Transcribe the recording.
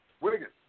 Wiggins